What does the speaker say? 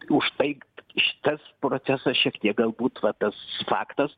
už tai šitas procesas šiek tiek galbūt va tas faktas